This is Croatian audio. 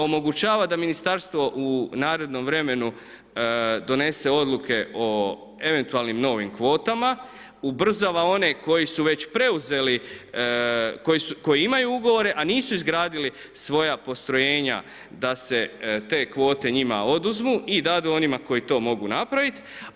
Omogućava da ministarstvo u narednom vremenu donese odluke o eventualnim novim kvotama, ubrzava one koji su već preuzeli koji imaju ugovore a nisu izgradili svoja postrojenja da se te kvote njima oduzmu i dadu onima koji to mogu napraviti.